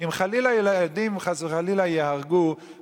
אם חס וחלילה ילדים ייהרגו,